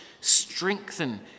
strengthen